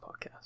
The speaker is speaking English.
podcast